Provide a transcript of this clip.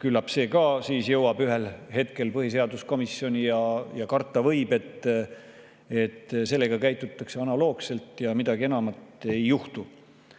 Küllap ka see jõuab ühel hetkel põhiseaduskomisjoni ja karta võib, et sellega käitutakse analoogselt ehk midagi enamat ei juhtu. Aga